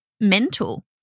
mental